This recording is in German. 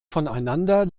voneinander